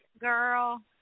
girl